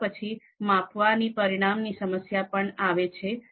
ત્યાર પછી માપવા ની પ્રમાણની સમસ્યા પણ આવે છે